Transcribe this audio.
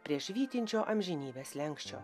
prie švytinčio amžinybės slenksčio